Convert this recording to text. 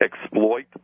exploit